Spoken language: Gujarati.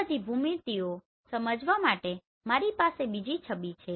આ બધી ભૂમિતિઓને સમજાવવા માટે મારી પાસે બીજી છબી છે